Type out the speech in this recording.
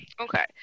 okay